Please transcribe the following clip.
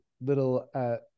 little